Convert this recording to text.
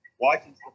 Watching